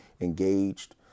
engaged